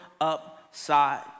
upside